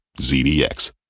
ZDX